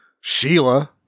Sheila